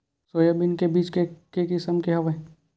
Soybean के बीज के किसम के हवय?